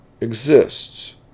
exists